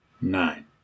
Nine